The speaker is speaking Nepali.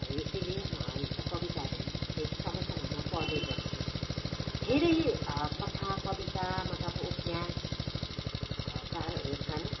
यसैले म यस्ता कविताहरू चाहिँ समय समयमा पढ्ने गर्छु धेरै कथा कविता मतलब उपन्यास कारहरू छन्